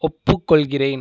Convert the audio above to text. ஒப்புக்கொள்கிறேன்